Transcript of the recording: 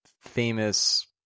famous